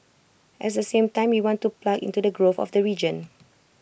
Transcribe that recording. at the same time we want to plug into the growth of the region